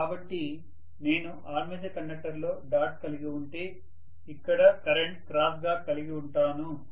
కాబట్టి నేను ఆర్మేచర్ కండక్టర్లో డాట్ కలిగి ఉంటే ఇక్కడ కరెంట్గా క్రాస్ గా కలిగి ఉంటాను